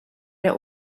der